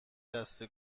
دسته